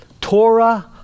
Torah